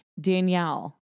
Danielle